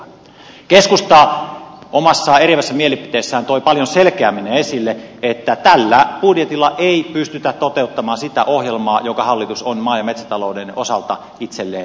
keskusta omassa eriävässä mielipiteessään toi paljon selkeämmin ne esille ja että tällä budjetilla ei pystytä toteuttamaan sitä ohjelmaa jonka hallitus on maa ja metsätalouden osalta itselleen valmistanut